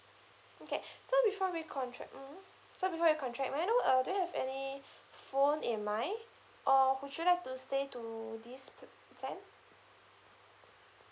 okay so before recontract mm so before recontract may I know uh do you have any phone in mind or would you like to stay to this p~ plan